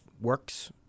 works